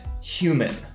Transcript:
human